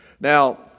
Now